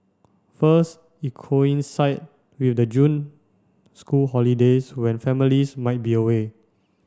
first it coincided with the June school holidays when families might be away